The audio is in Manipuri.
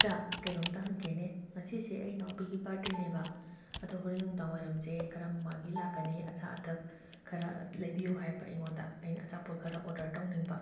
ꯏꯇꯥ ꯀꯩꯅꯣꯝꯇ ꯍꯪꯒꯦꯅꯦ ꯉꯁꯤꯁꯦ ꯑꯩ ꯏꯅꯥꯎꯄꯤꯒꯤ ꯕꯥꯔꯗꯦꯅꯦꯕ ꯑꯗꯣ ꯍꯣꯔꯦꯟ ꯅꯨꯡꯗꯥꯡꯋꯥꯏꯔꯝꯖꯦ ꯈꯔ ꯃꯃꯥꯟꯅꯕꯤ ꯂꯥꯛꯀꯅꯤ ꯑꯆꯥ ꯑꯊꯛ ꯈꯔ ꯂꯩꯕꯤꯌꯨ ꯍꯥꯏꯔꯛꯄ ꯑꯩꯉꯣꯟꯗ ꯑꯩꯅ ꯑꯆꯥꯄꯣꯠ ꯈꯔ ꯑꯣꯔꯗꯔ ꯇꯧꯅꯤꯡꯕ